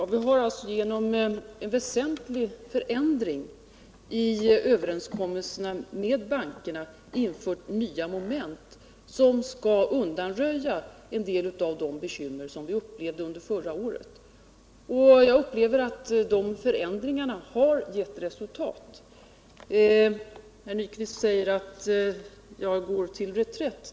Herr talman! Vi har genom en väsentlig förändring i överenskommelserna med bankerna infört nya moment som skall undanröja en del av de bekymmer som vi upplevde under förra året. Jag har den uppfattningen att de förändringarna har gett resultat. Herr Nyquist säger att jag går till reträtt.